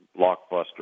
blockbuster